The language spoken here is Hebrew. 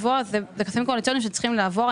אלה כספים קואליציוניים שצריכים לעבור.